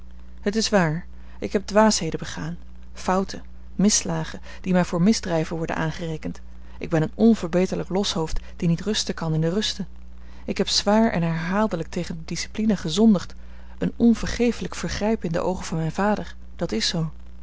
het is waar ik heb dwaasheden begaan fouten misslagen die mij voor misdrijven worden aangerekend ik ben een onverbeterlijk loshoofd die niet rusten kan in de ruste ik heb zwaar en herhaaldelijk tegen de discipline gezondigd een onvergefelijk vergrijp in de oogen van mijn vader dat is zoo